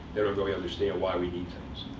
they don't really understand why we need things.